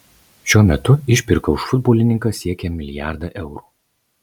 šiuo metu išpirka už futbolininką siekia milijardą eurų